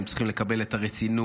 הם צריכים לקבל את הרצינות,